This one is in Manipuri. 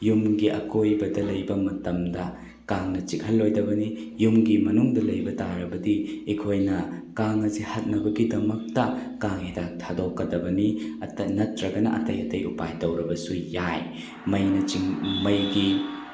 ꯌꯨꯝꯒꯤ ꯑꯀꯣꯏꯕꯗ ꯂꯩꯕ ꯃꯇꯝꯗ ꯀꯥꯡꯅ ꯆꯤꯛꯍꯜꯂꯣꯏꯗꯕꯅꯤ ꯌꯨꯝꯒꯤ ꯃꯅꯨꯡꯗ ꯂꯩꯕ ꯇꯥꯔꯕꯗꯤ ꯑꯩꯈꯣꯏꯅ ꯀꯥꯡ ꯑꯁꯦ ꯍꯥꯠꯅꯕꯒꯤꯗꯃꯛꯇ ꯀꯥꯡ ꯍꯤꯗꯥꯛ ꯊꯥꯗꯣꯛꯀꯗꯕꯅꯤ ꯅꯠꯇꯔꯒ ꯑꯇꯩ ꯑꯇꯩ ꯎꯄꯥꯏ ꯇꯧꯔꯕꯁꯨ ꯌꯥꯏ ꯃꯩꯅꯥ ꯃꯩꯒꯤ